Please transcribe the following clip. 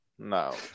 No